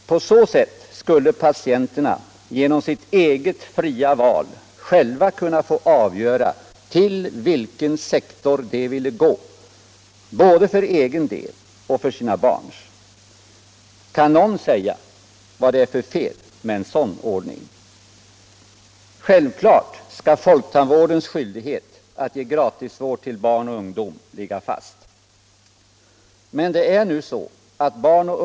På så sätt skulle patienterna genom sitt eget fria val själva kunna få avgöra till vilken sektor de ville gå, både för egen del och för sina barns. Kan någon säga vad det är för fel med en sådan ordning? Självklart skall folktandvårdens skyldighet att ge gratisvård till barn och ungdom ligga fast.